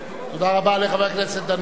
תודה רבה לחבר הכנסת דנון.